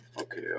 Okay